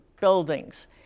buildings